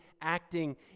acting